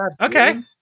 Okay